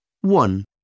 One